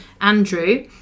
Andrew